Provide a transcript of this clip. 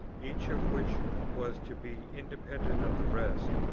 each of which was to be independent of the rest,